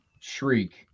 Shriek